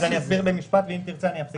אני אסביר במשפט, ואם תרצה, אני אפסיק להתייחס.